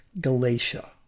Galatia